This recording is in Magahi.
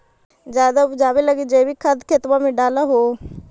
जायदे उपजाबे लगी जैवीक खाद खेतबा मे डाल हो?